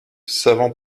savant